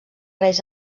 reis